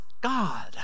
God